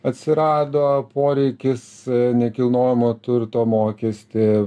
atsirado poreikis nekilnojamo turto mokestį